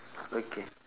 okay